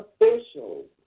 officials